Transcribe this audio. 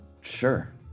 sure